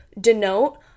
denote